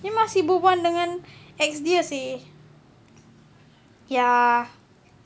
dia masih berbual-bual dengan ex dia seh ya